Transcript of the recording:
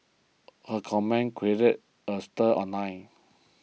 her comments created a stir online